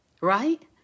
Right